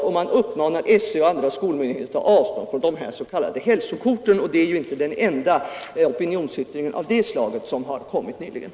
Man uppmanar SÖ och andra skolmyndigheter att ta avstånd från dessa s.k. hälsokort. Det är ju inte den enda opinionsyttringen av det slaget som har kommit på senare tid.